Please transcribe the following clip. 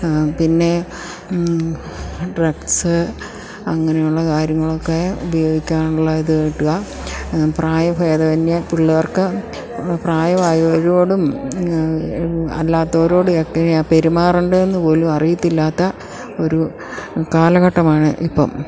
പിന്നെ ഡ്രഗ്സ് അങ്ങനെയുള്ള കാര്യങ്ങളൊക്കെ ഉപയോഗിക്കാനുള്ള ഇത് കിട്ടുക പ്രായഭേദമന്യേ പിള്ളേർക്ക് പ്രായമായവരോടും അല്ലാത്തവരോടും ഒക്കെ പെരുമാറേണ്ടത് എന്ന് പോലും അറിയത്തില്ലാത്ത ഒരു കാലഘട്ടമാണ് ഇപ്പം